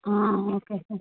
ah okay sir